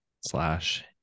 slash